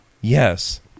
yes